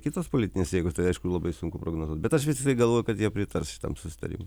kitos politinės jėgos tai aišku labai sunku prognozuot bet aš vis tiktai galvoju kad jie pritars šitam susitarimui